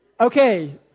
Okay